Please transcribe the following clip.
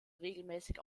regelmäßig